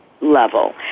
level